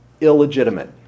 illegitimate